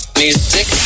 music